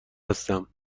هستم